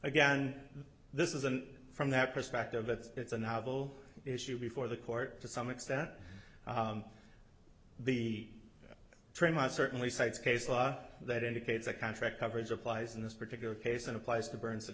again this isn't from that perspective but it's a novel issue before the court to some extent be trim i certainly cites case law that indicates a contract coverage applies in this particular case and applies to burn s